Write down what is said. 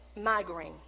migraine